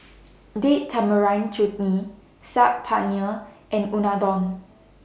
Date Tamarind Chutney Saag Paneer and Unadon